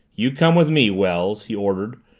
you come with me, wells, he ordered,